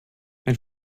ein